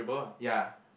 ya